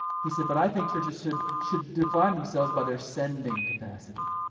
he said, but i think churches should should define themselves by their sending capacity.